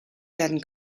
werden